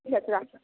ঠিক আছে রাখলাম